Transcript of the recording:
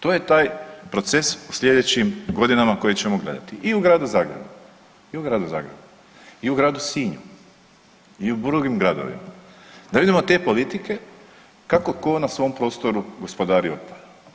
To je taj proces u slijedećim godinama koje ćemo gledati i u Gradu Zagrebu i u Gradu Zagrebu, i u gradu Sinju i u drugim gradovima, da vidimo te politike kako ko na svom prostoru gospodari otpadom.